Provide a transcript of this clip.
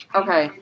okay